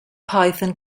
python